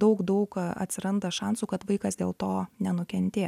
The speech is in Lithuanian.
daug daug atsiranda šansų kad vaikas dėl to nenukentė